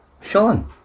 Sean